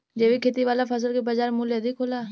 जैविक खेती वाला फसल के बाजार मूल्य अधिक होला